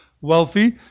wealthy